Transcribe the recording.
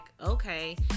okay